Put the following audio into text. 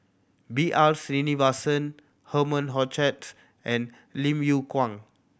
B R Sreenivasan Herman Hochstadt and Lim Yew Kuan